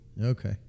Okay